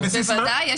בוודאי.